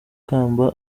kamba